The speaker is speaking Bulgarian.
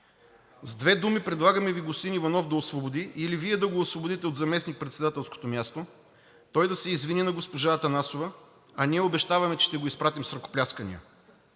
С две думи, предлагаме Ви господин Иванов да освободи или Вие да го освободите от заместникпредседателското място, той да се извини на госпожа Атанасова, а ние обещаваме, че ще го изпратим с ръкопляскания.